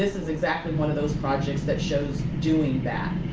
is exactly one of those projects that shows doing that.